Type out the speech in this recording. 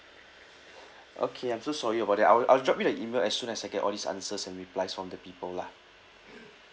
okay I'm so sorry about that I will I will drop you the email as soon as I get all these answers and replies from the people lah